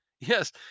Yes